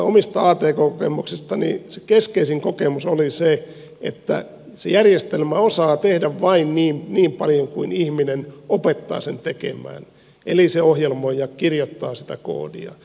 vanhimmista omista atk kokemuksistani se keskeisin kokemus oli se että se järjestelmä osaa tehdä vain niin paljon kuin ihminen opettaa sen tekemään eli se ohjelmoi ja kirjoittaa sitä koodia